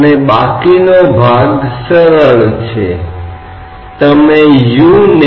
तो यह कभी भी एक आदर्श अर्थ में एक वैक्यूम नहीं है